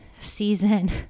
season